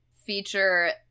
feature